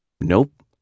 Nope